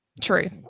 True